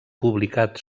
publicat